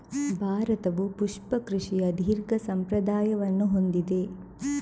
ಭಾರತವು ಪುಷ್ಪ ಕೃಷಿಯ ದೀರ್ಘ ಸಂಪ್ರದಾಯವನ್ನು ಹೊಂದಿದೆ